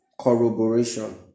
corroboration